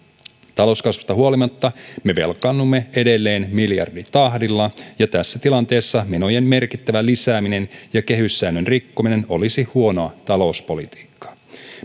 talouskasvusta huolimatta me velkaannumme edelleen miljarditahdilla ja tässä tilanteessa menojen merkittävä lisääminen ja kehyssäännön rikkominen olisi huonoa talouspolitiikkaa